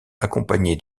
accompagné